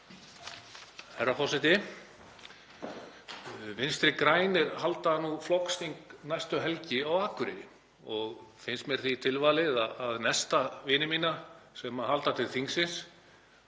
Herra forseti. Vinstri grænir halda flokksþing næstu helgi á Akureyri og finnst mér því tilvalið að nesta vini mína sem halda til þingsins